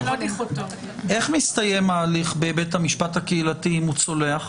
איך מסתיים ההליך בבית המשפט הקהילתי אם הוא צולח?